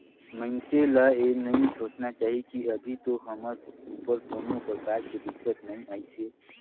मइनसे ल ये नई सोचना चाही की अभी तो हमर ऊपर कोनो परकार के दिक्कत नइ आइसे